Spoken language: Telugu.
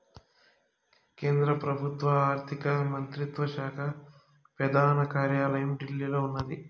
కేంద్ర పెబుత్వ ఆర్థిక మంత్రిత్వ శాక పెదాన కార్యాలయం ఢిల్లీలో ఉన్నాది